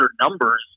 numbers